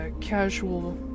casual